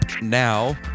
now